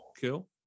kill